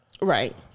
right